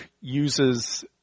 uses